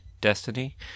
destiny